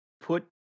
put